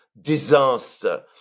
disaster